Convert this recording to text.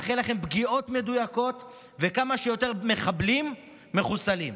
מאחל לכם פגיעות מדויקות וכמה שיותר מחבלים מחוסלים,